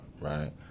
right